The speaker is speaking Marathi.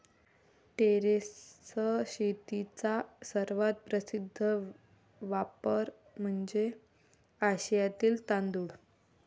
टेरेस शेतीचा सर्वात प्रसिद्ध वापर म्हणजे आशियातील तांदूळ